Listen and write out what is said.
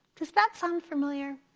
does that sound familiar?